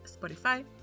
Spotify